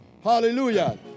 hallelujah